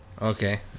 Okay